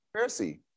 Pharisee